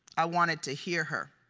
i wanted to hear her.